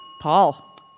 Paul